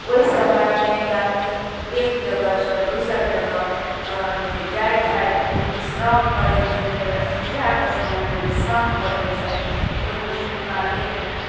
ओहि समयमे यात्री एक जगहसँ दोसर जगह जे जाइ छथि ओ विश्राम करयके लेल सन्ध्याक समयमे विश्राम करैत छथि ओहिमे हुनका लेल